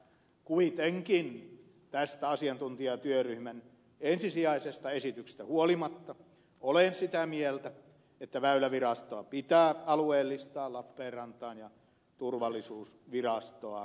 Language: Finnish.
kuitenkin tästä asiantuntijatyöryhmän ensisijaisesta esityksestä huolimatta olen sitä mieltä että väylävirastoa pitää alueellistaa lappeenrantaan ja turvallisuusvirastoa rovaniemelle